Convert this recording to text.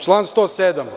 Član 107.